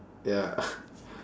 ya